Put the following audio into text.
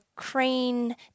Crane